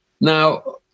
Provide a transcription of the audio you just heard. Now